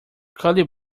curly